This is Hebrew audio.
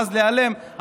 ואז להיעלם,